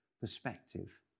perspective